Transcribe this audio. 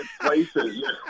places